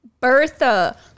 bertha